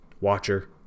watcher